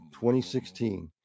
2016